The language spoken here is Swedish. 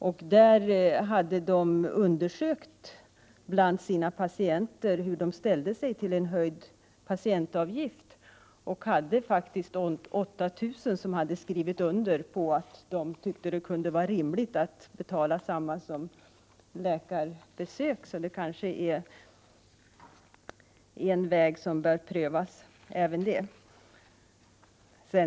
Sjukgymnasterna har gjort en undersökning bland sina patienter om hur de skulle ställa sig till en höjning av patientavgiften. 8 000 patienter tyckte att det kunde vara rimligt att betala samma avgift som för ett läkarbesök. Det kanske därför är en väg som bör prövas.